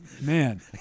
Man